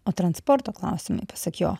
o transporto klausimai pasak jo